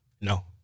No